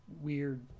weird